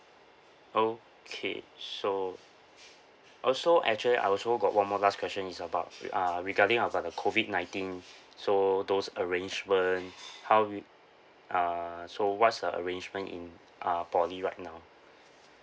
okay so also actually I also got one more last question is about uh regarding about the COVID nineteen so those arrangement how we uh so what's the arrangement in uh poly right now